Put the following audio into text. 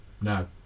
No